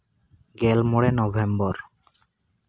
ᱜᱮᱞ ᱢᱚᱬᱮ ᱱᱚᱵᱷᱮᱢᱵᱚᱨ